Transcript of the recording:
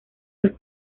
los